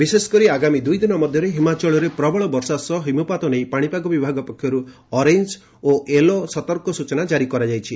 ବିଶେଷକରି ଆଗାମୀ ଦୁଇଦିନ ମଧ୍ୟରେ ହିମାଚଳରେ ପ୍ରବଳ ବର୍ଷା ସହ ହିମପାତ ନେଇ ପାଣିପାଗ ବିଭାଗ ପକ୍ଷରୁ ଅରେଞ୍ଜ ଏବଂ ୟେଲୋ ସତର୍କ ସୂଚନା ଜାରି କରାଯାଇଛି